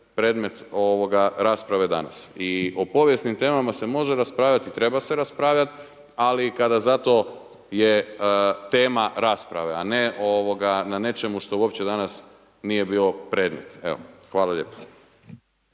predmet rasprave danas. I o povijesnim temama se može raspravljati i treba se raspravljati ali kada za to je tema rasprave, a ne na nečemu što uopće danas nije bio predmet. Evo, hvala lijepo.